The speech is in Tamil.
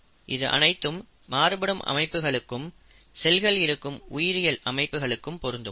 இது அனைத்து மாறுபடும் அமைப்புகளுக்கும் செல்கள் இருக்கும் உயிரியல் அமைப்புகளுக்கும் பொருந்தும்